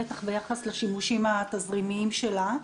בטח ביחס לשימושים התזרימיים שלה.